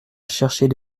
chercher